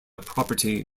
property